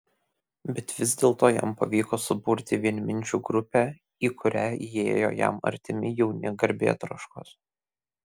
bet vis dėlto jam pavyko suburti vienminčių grupę į kurią įėjo jam artimi jauni garbėtroškos